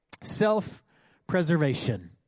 self-preservation